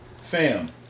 fam